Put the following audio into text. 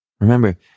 Remember